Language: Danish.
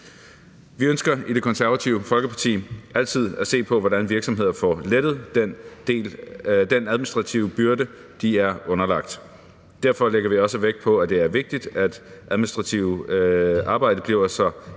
Vi ønsker i Det Konservative Folkeparti altid at se på, hvordan virksomhederne får lettet den administrative byrde, de er underlagt. Derfor lægger vi også vægt på, at det er vigtigt, at det administrative arbejde bliver så enkelt